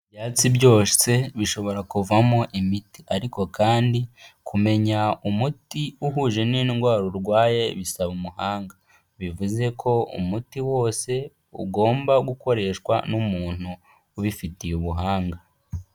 Ibyatsi byose bishobora kuvamo imiti, ariko kandi kumenya umuti uhuje n'indwara urwaye bisaba umuhanga. Bivuze ko umuti wose ugomba gukoreshwa n'umuntu ubifitiye ubuhanga.